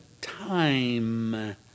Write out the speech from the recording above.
time